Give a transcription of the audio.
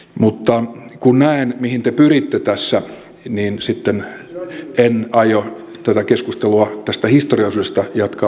mutta kun näen mihin te pyritte tässä niin sitten en aio tätä keskustelua tästä historiaosuudesta jatkaa loputtomiin